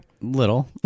Little